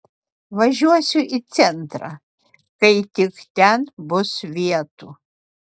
važiuosiu į centrą kai tik ten bus vietų